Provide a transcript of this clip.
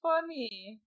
funny